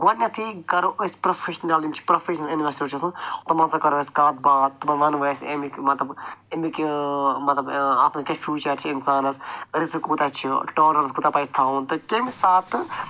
گۄڈٕنٮ۪تھٕے کرو أسۍ پرٛوفِشنَل یِم چھِ پرٛوفِشنَل اِنوٮ۪سٹٲرٕس چھِ آسان یِمَن سۭتۍ کرو أسۍ کتھ باتھ تِمن وَنو أسۍ اَمِکۍ مطلب اَمِکۍ یہِ مطلب اَتھ منٛز کیٛاہ فیوٗچَر چھِ اِنسانَس رِسک کوٗتاہ چھِ ٹالرٮ۪نٕس کوٗتاہ پَزِ تھاوُن تہٕ کَمہِ ساتہٕ